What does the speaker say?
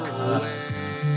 away